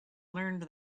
learned